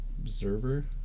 Observer